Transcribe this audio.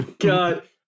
God